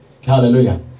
Hallelujah